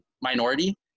minority